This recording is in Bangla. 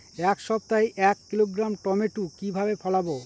এক সপ্তাহে এক কিলোগ্রাম টমেটো কিভাবে ফলাবো?